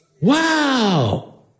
Wow